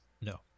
No